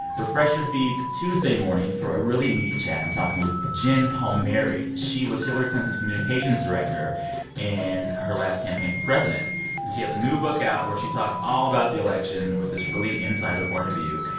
refresh your feeds tuesday morning for ah really meaty chat. i'm talking with jen palmieri. she was hillary clinton's communications director in her last campaign for president. and she has a new book out where she talked all about the election with this really insider point of view.